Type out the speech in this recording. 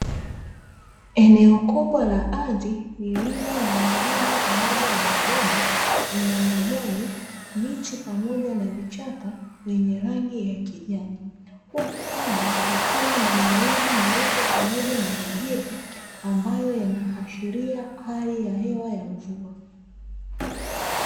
Eneo kubwa la ardhi lililo na milima pamoja na mabonde lina majani, miti pamoja na vichaka vyenye rangi ya kijani huku anga likiwa na mawingu meupe pamoja na kijivu ambayo yanaashiri hali ya hewa ya mvua.